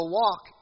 walk